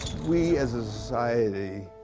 we, as a society,